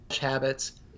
habits